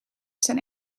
zijn